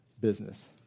business